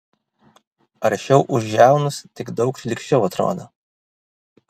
aršiau už jaunus tik daug šlykščiau atrodo